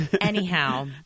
anyhow